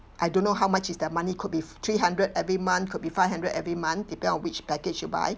I don't know how much is the money could be three hundred every month could be five hundred every month depend which package you buy